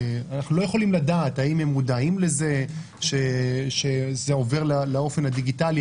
ואנחנו לא יכולים לדעת האם הם מודעים לזה שזה עובר לאופן הדיגיטלי,